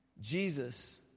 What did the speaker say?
Jesus